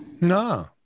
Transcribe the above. No